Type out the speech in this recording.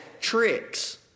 tricks